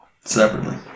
Separately